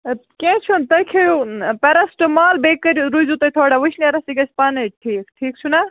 اَدٕ کیٚنٛہہ چھُنہٕ تُہۍ کھیٚیِو پیرَسٹہٕ مال بیٚیہِ کٔرِو روٗزِو تُہۍ تھوڑا وُشنیرَس یہِ گژھِ پانَے ٹھیٖک ٹھیٖک چھُنا